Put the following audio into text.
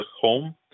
home